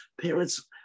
Parents